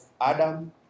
Adam